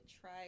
try